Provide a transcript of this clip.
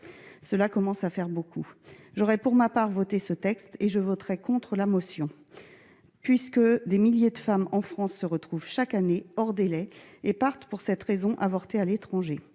cela commence à faire beaucoup. J'aurais pour ma part voté ce texte, et je voterai contre la motion. En effet, des milliers de femmes en France se retrouvent chaque année hors délai et partent pour cette raison avorter à l'étranger.